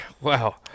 Wow